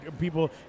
people